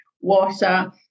water